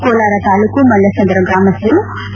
ಕೋಲಾರ ತಾಲೂಕು ಮಲ್ಲಸಂದ್ರ ಗ್ರಾಮಸ್ಥರು ಕೆ